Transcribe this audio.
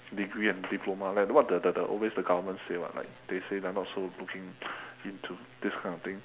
degree and diploma like what the the the always the government say [what] like they say they are not so looking into this kind of thing